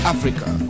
Africa